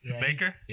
Baker